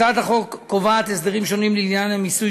הצעת החוק קובעת הסדרים שונים לעניין המיסוי